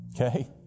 okay